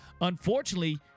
unfortunately